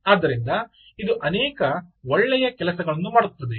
ಆದ್ದರಿಂದ ಇದು ಅನೇಕ ಒಳ್ಳೆಯ ಕೆಲಸಗಳನ್ನು ಮಾಡುತ್ತದೆ